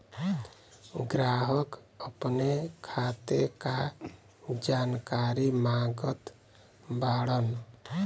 ग्राहक अपने खाते का जानकारी मागत बाणन?